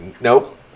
Nope